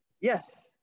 yes